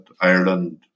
Ireland